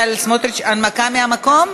מס' פ/2497/20.